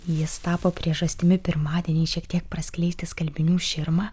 jis tapo priežastimi pirmadienį šiek tiek praskleisti skalbinių širmą